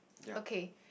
okay